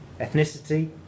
ethnicity